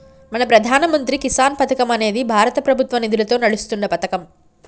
మన ప్రధాన మంత్రి కిసాన్ పథకం అనేది భారత ప్రభుత్వ నిధులతో నడుస్తున్న పతకం